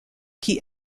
qui